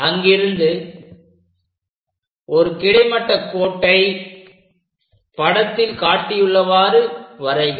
அங்கிருந்து ஒரு கிடைமட்ட கோட்டை படத்தில் காட்டியுள்ளவாறு வரைக